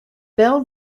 bell